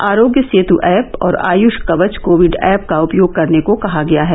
आरोग्य सेत ऐप और Ayush Kavach Covid app का उपयोग करने को कहा गया है